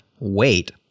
wait